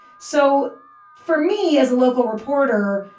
so for me as a local reporter,